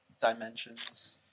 Dimensions